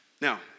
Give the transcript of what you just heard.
Now